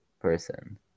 person